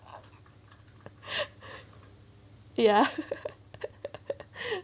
ya